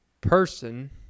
person